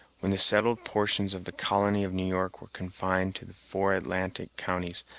when the settled portions of the colony of new york were confined to the four atlantic counties,